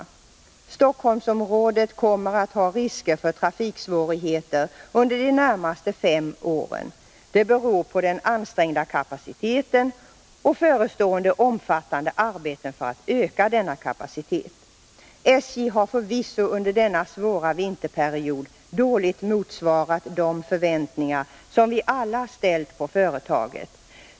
Stockholmsområdet kommer att ha risker för trafiksvårigheter under de närmaste fem åren. Detta beror på den ansträngda kapaciteten och förestående omfattande arbeten för att öka denna kapacitet. SJ har förvisso under denna svåra vinterperiod dåligt motsvarat de förväntningar, som vi alla ställt på företaget.